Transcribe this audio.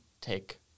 take